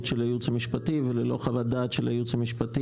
הייעוץ המשפטי וללא חוות דעת של הייעוץ המשפטי.